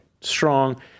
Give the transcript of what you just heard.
strong